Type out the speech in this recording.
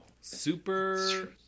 Super